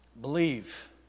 believe